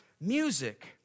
music